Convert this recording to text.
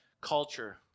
culture